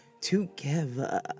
together